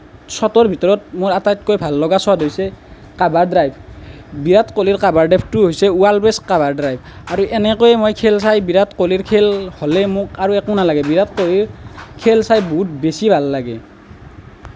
শ্বটৰ ভিতৰত মোৰ আটাইতকৈ ভাল লগা শ্বট হৈছে কাভাৰ ড্ৰাইভ বিৰাট কোহলিৰ কাভাৰ ড্ৰাইভটো হৈছে ৱৰ্ল্ড বেষ্ট কাভাৰ ড্ৰাইভ আৰু এনেকৈ মই খেল চাই বিৰাট কোহলিৰ খেল হ'লে মোক আৰু একো নালাগে বিৰাট কোহলিৰ খেল চাই বহুত বেছি ভাল লাগে